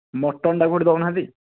ମଟନଟା ଗୋଟିଏ ଦେଉନାହାନ୍ତି